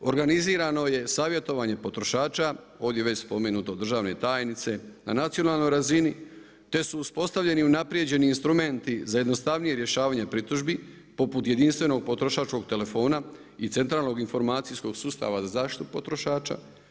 Organizirano je savjetovanje potrošača, ovdje već spomenuto od državne tajnice na nacionalnoj razini te su uspostavljeni unaprjeđeni instrumenti za jednostavnije rješavanje pritužbi poput jedinstvenog potrošačkog telefona i centralnog informacijskog sustava za zaštitu potrošača.